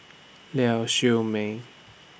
Lau Siew Mei